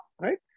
Right